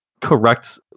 correct